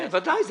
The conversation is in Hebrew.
זה בוודאי.